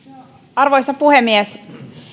arvoisa puhemies